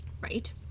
right